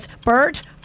Bert